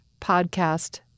podcast